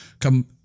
come